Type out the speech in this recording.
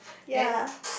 ya